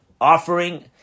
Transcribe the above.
offering